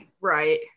right